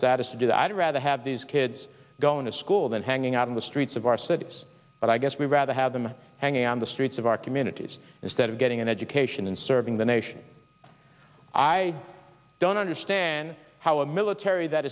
status to do that or rather have these kids going to school and hanging out in the streets of our cities but i guess we rather have them hanging on the streets of our communities instead of getting an education and serving the nation i don't understand how a military that